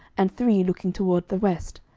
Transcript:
and three looking toward the west,